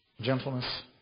Gentleness